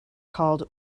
called